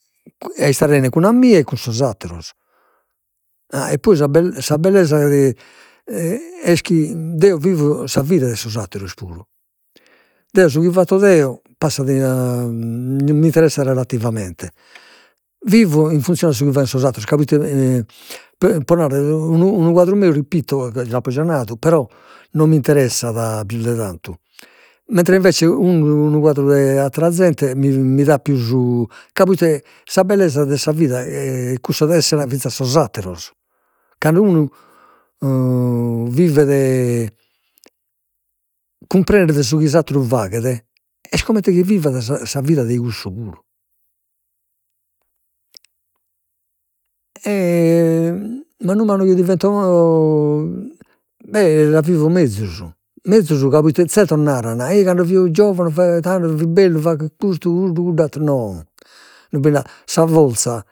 A istare 'ene cun a mie e cun sos atteros, a e poi sa bell sa bellesa est chi deo vivo sa vida 'e sos atteros puru, deo su chi fatto deo passat in mi interessat relativamente, vivo in funzione de su chi faghen sos atteros ca proite pro narrer unu unu quadru meu l'impitto, l'apo già nadu, però non mi interessat pius de tantu, mentre invece unu unu quadru de attera zente mi mi dat pius, ca proite s a bellesa de sa vida, est cussa de essere a sos atteros, cando unu vivet, cumprendet su chi s'atteru faghet, est comente chi vivat sa sa vida de cussu puru manu manu chi divento beh, la vivo mezus, mezus ca proite zertos naran, ei cando fio giovanu tando fit bellu faghio custu cuddu cudd'atteru, no no bi nd'at, sa forza